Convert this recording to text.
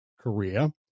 Korea